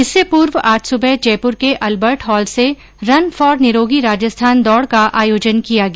इससे पूर्व आज सुबह जयपुर के अल्बर्ट हॉल से रन फोर निरोगी राजस्थान दौड़ का आयोजन किया गया